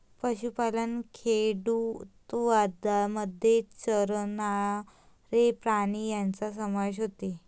पशुपालन खेडूतवादामध्ये चरणारे प्राणी यांचा समावेश होतो